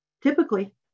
typically